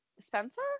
Spencer